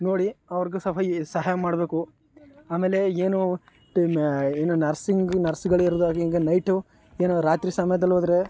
ನೋಡಿ ಅವ್ರ್ಗೆ ಸ್ವಲ್ಪ ಸಹಾಯ ಮಾಡಬೇಕು ಆಮೇಲೆ ಏನು ಏನು ನರ್ಸಿಂಗ್ ನರ್ಸ್ಗಳಿರುವಾಂಗಿಂದ ನೈಟು ಏನು ರಾತ್ರಿ ಸಮಯದಲ್ಲೋದ್ರೆ